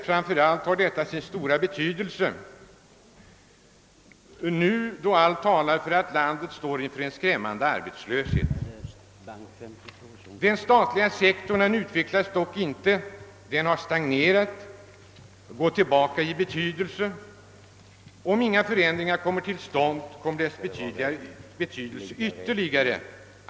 Framför allt har detta sin stora betydelse nu då allt talar för att landet står inför en skrämmande arbetslöshet. Den statliga sektorn utvecklas dock inte. Den har stagnerat och gått tillbaka i betydelse. Om inga förändringar äger rum kommer dess betydelse att minska ytterligare.